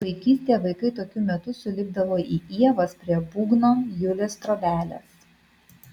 vaikystėje vaikai tokiu metu sulipdavo į ievas prie būgno julės trobelės